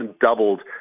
doubled